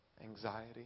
anxiety